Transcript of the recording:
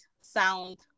sound